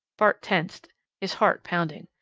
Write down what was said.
bart tensed, his heart pounding.